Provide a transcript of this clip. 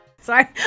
Sorry